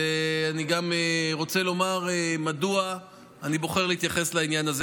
ואני גם רוצה לומר מדוע אני בוחר להתייחס לעניין הזה.